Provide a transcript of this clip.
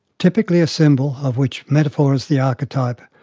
typically a symbol, of which metaphor is the archetype,